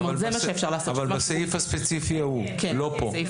בסעיף הספציפי ההוא, לא פה.